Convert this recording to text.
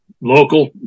local